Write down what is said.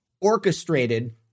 orchestrated